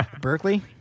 Berkeley